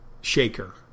shaker